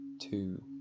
two